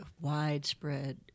widespread